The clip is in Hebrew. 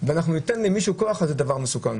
ניתן למישהו כוח זה דבר מסוכן.